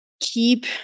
keep